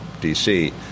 DC